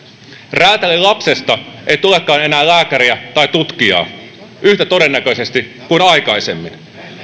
räätälin lapsesta ei tulekaan enää lääkäriä tai tutkijaa yhtä todennäköisesti kuin aikaisemmin